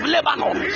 Lebanon